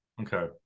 Okay